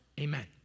Amen